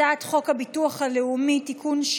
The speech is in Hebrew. הצעת חוק הביטוח הלאומי (תיקון,